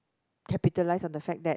capitalize on the fact that